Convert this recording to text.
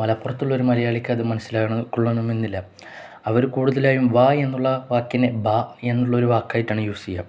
മലപ്പുറത്തുള്ളൊരു മലയാളിക്ക് അതു മനസ്സിലാകണം കൊള്ളണമെന്നില്ല അവര് കൂടുതലായും വാ എന്നുള്ള വാക്കിനെ ബ എന്നുള്ളൊരു വാക്കായിട്ടാണ് യൂസ് ചെയ്യുക